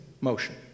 motion